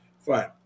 Fine